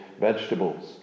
vegetables